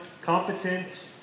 competence